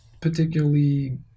particularly